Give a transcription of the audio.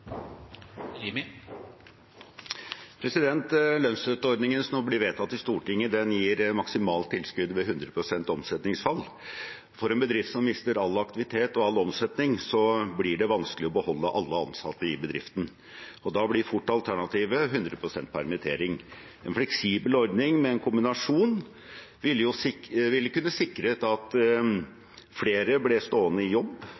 Lønnsstøtteordningen som nå blir vedtatt i Stortinget, gir maksimalt tilskudd ved 100 pst. omsetningsfall. For en bedrift som mister all aktivitet og all omsetning, blir det vanskelig å beholde alle ansatte i bedriften, og da blir fort alternativet 100 pst. permittering. En fleksibel ordning med en kombinasjon ville kunne sikret at flere ble stående i jobb,